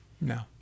no